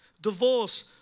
Divorce